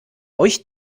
euch